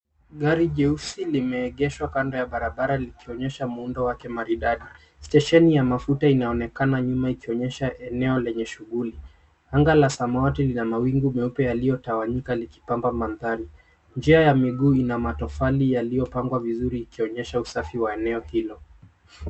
Gari jeusi limeegeshwa kando ya barabara likionyesha muundo wake maridadi. Stationi ya mafuta inaonekana nyuma ikionyesha eneo lenye shughuli. Anga la samawati lina mawingu meupe yqliyotawanyika liki pamba manthari. Njia ya miguu ina matofali yaliyo pangwa vizuri ikionyesha usafi wa eneo hilo.